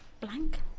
Blank